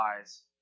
eyes